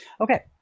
Okay